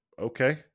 okay